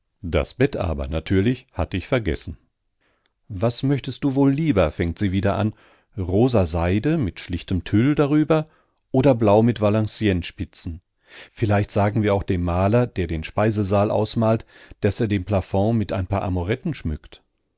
das bett aber natürlich hatt ich vergessen was möchtest du wohl lieber fängt sie wieder an rosa seide mit schlichtem tüll darüber oder blau mit valenciennesspitzen vielleicht sagen wir auch dem maler der den speisesaal ausmalt daß er den plafond mit ein paar amoretten schmückt